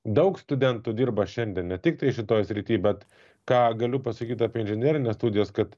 daug studentų dirba šiandien ne tiktai šitoj srity bet ką galiu pasakyt apie inžinerines studijas kad